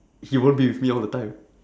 he won't be with me all the time